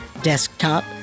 desktop